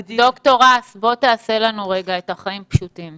ד"ר האס, בוא תעשה לנו רגע את החיים פשוטים.